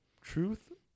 truth